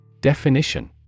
Definition